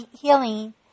healing